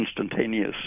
instantaneous